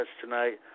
tonight